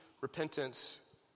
repentance